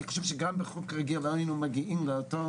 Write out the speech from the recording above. אני חושב שגם בחוק רגיל לא היינו מגיעים לאותו